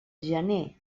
gener